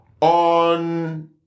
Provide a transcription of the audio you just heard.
on